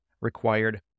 required